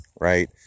right